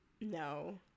no